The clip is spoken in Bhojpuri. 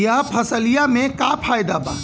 यह फसलिया में का फायदा बा?